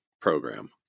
program